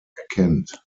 erkennt